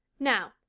now,